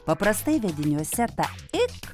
paprastai vediniuose tą ik